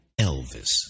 Elvis